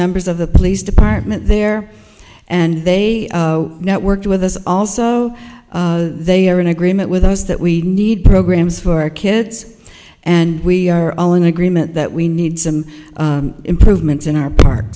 members of the police department there and they networked with us also they are in agreement with us that we need programs for our kids and we are all in agreement that we need some improvements in our par